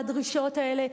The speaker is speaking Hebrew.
לדרישות האלה,